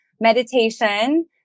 meditation